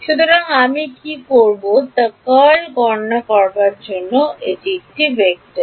সুতরাং আমি কী করব তা কার্ল গণনা করার জন্য এটি একটি ভেক্টর